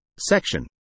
Section